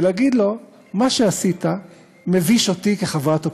ולהגיד לו: מה שעשית מביש אותי כחברת אופוזיציה.